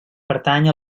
pertany